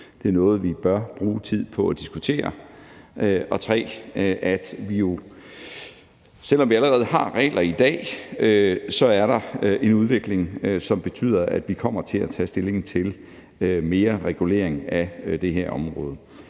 det er noget, vi bør bruge tid på at diskutere; og for det tredje, at der, selv om vi allerede har regler i dag, er en udvikling, som betyder, at vi kommer til at tage stilling til mere regulering af det her område.